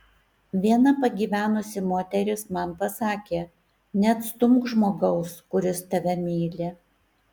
viena pagyvenusi moteris man pasakė neatstumk žmogaus kuris tave myli